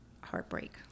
heartbreak